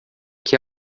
que